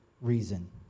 reason